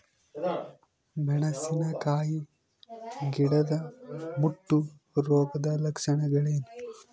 ಮೆಣಸಿನಕಾಯಿ ಗಿಡದ ಮುಟ್ಟು ರೋಗದ ಲಕ್ಷಣಗಳೇನು?